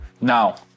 now